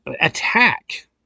attack